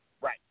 Right